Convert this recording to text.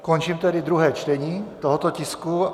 Končím tedy druhé čtení tohoto tisku.